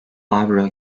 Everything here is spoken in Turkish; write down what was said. avro